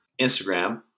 Instagram